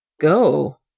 Go